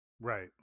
Right